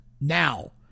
now